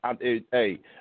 Hey